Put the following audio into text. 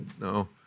no